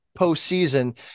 postseason